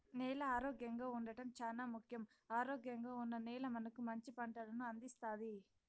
నేల ఆరోగ్యంగా ఉండడం చానా ముఖ్యం, ఆరోగ్యంగా ఉన్న నేల మనకు మంచి పంటలను అందిస్తాది